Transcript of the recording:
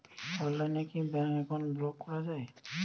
অনলাইনে কি bank account block করা য়ায়?